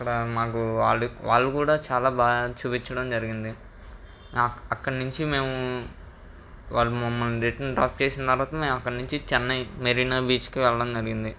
అక్కడ మాకు వాళ్ళు వాళ్ళు కూడా చాలా బాగా చూపించడం జరిగింది అక్కడి నుంచి మేము వాళ్ళు మమ్మల్ని రిటన్ డ్రాప్ చేసిన తర్వాత మేం అక్కడ నించి చెన్నై మెరీనా బీచ్కి వెళ్ళడం జరిగింది